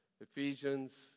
Ephesians